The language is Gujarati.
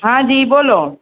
હા જી બોલો